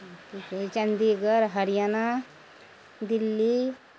किस होइ चण्डीगढ़ हरियाणा दिल्ली